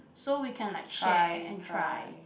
so we can like share and try